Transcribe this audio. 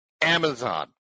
Amazon